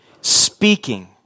speaking